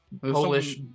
Polish